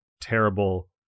terrible